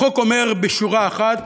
החוק אומר בשורה אחת: